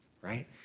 right